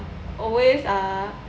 always uh